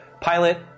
pilot